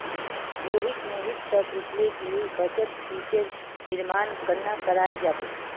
रोहित मोहित स पूछले कि बचत शीटेर निर्माण कन्ना कराल जाबे